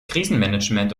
krisenmanagement